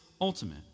ultimate